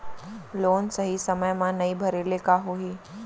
Loan सही समय मा नई भरे ले का होही?